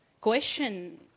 question